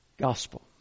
gospel